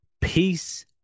peace